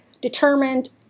determined